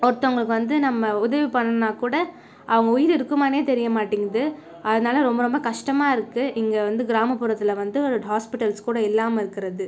ஒருத்தவங்களுக்கு வந்து நம்ம உதவி பண்ணால்கூட அவங்க உயிர் இருக்குமானே தெரியமாட்டிங்குது அதனால் ரொம்ப ரொம்ப கஷ்டமாக இருக்கு இங்கே வந்து கிராமபுறத்தில் வந்து ஒரு ஹாஸ்பிட்டல்ஸ் கூட இல்லாமல் இருக்கிறது